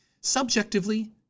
Subjectively